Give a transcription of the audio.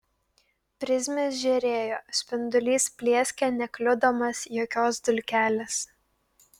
prizmės žėrėjo spindulys plieskė nekliudomas jokios dulkelės